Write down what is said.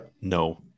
No